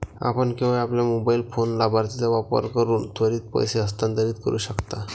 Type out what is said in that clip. आपण केवळ आपल्या मोबाइल फोन लाभार्थीचा वापर करून त्वरित पैसे हस्तांतरित करू शकता